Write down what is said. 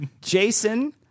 Jason